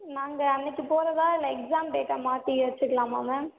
நாங்கள் அன்றைக்கு போகிறதா இல்லை எக்ஸாம் டேட்டை மாற்றி வைத்து கொள்ளலாமா மேம்